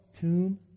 tomb